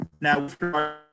Now